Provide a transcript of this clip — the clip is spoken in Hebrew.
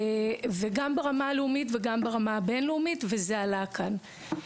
זה צריך להיות גם ברמה הלאומית וגם ברמה הבינלאומית וזה עלה כאן.